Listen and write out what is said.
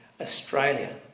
Australia